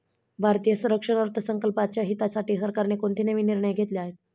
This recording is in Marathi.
भारतीय संरक्षण अर्थसंकल्पाच्या हितासाठी सरकारने कोणते नवीन निर्णय घेतले आहेत?